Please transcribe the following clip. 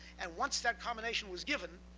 and once that combination was given,